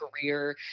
career